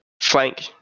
flank